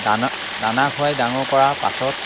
দানা দানা খুৱাই ডাঙৰ কৰা পাছত